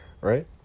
right